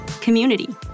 community